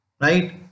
Right